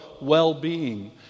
well-being